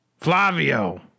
Flavio